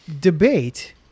debate